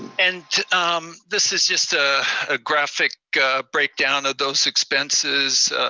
and um this is just a ah graphic breakdown of those expenses.